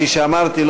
כפי שאמרתי,